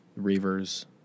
Reavers